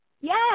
Yes